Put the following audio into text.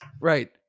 Right